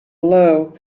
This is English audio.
blow